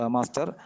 Master